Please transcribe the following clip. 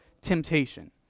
temptation